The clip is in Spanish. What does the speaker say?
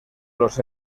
los